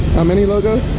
how many logo